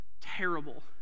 terrible